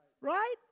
right